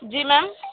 जी ma'am